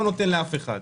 לא נותן לאף אחד.